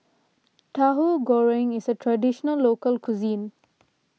Tahu Goreng is a Traditional Local Cuisine